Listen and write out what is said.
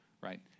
Right